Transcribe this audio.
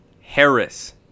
Harris